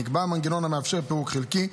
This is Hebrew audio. נקבע מנגנון המאפשר פירוק חלקי,